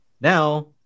now